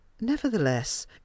nevertheless